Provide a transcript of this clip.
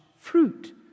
fruit